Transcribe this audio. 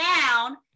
down